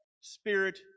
spirit